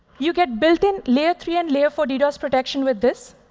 you get built in layer three and layer four ddos protection with this.